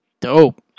Dope